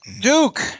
Duke